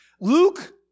Luke